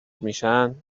میشن